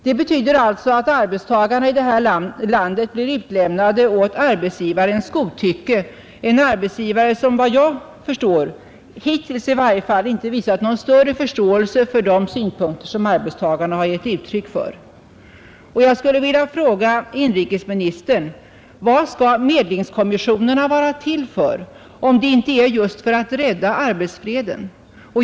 Det betyder alltså att arbetstagarna i detta land blir utlämnade åt arbetsgivarens godtycke, en arbetsgivare som efter vad jag förstår hittills i varje fall inte har visat någon större förståelse för arbetstagarnas synpunkter. Jag vill fråga inrikesministern: Vad skall medlingskommissionerna vara till för, om inte just för att rädda arbetsfreden?